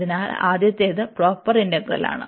അതിനാൽ ആദ്യത്തേത് പ്രോപ്പർ ഇന്റഗ്രലാണ്